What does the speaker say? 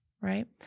right